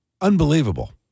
Unbelievable